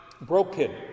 broken